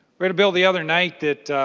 we had a bill the other nightthat